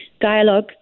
dialogue